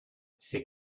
c’est